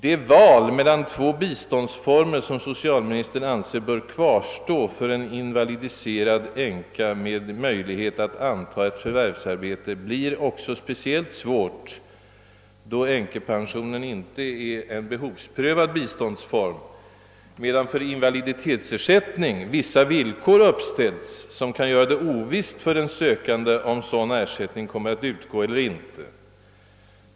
Det val mellan två biståndsformer som socialministern anser böra kvarstå för en invalidiserad änka med möjlighet att anta ett förvärvsarbete blir också speciellt svårt då änkepensionen inte är en behovsprövad biståndsform, medan för invalidiletsersättningen vissa villkor uppställts som kan göra det ovisst, om sådan ersättning kommer ati utgå eller inte.